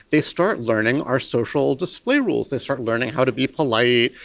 they start learning our social display rules, they start learning how to be polite,